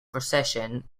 procession